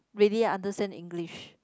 ready understand English